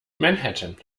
manhattan